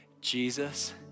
Jesus